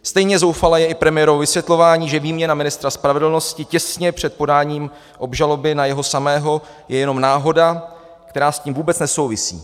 Stejně zoufalé je i premiérovo vysvětlování, že výměna ministra spravedlnosti těsně před podáním obžaloby na jeho samého je jenom náhoda, která s tím vůbec nesouvisí.